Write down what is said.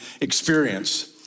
experience